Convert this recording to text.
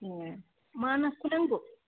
ए मा नाखौ नांगौ